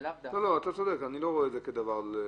אתה צודק, אני לא רואה את זה כדבר רע.